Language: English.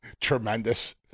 Tremendous